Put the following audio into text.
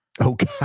Okay